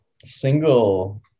Single